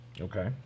Okay